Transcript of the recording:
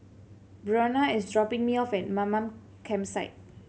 Breonna is dropping me off at Mamam Campsite